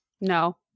No